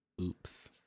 Oops